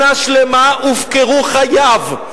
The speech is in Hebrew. שנה שלמה הופקרו חייו.